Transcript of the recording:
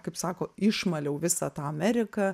kaip sako išmaliau visą tą ameriką